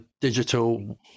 digital